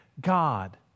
God